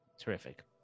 Terrific